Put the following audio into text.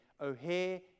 O'Hare